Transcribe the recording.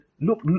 look